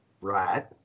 Right